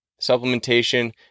supplementation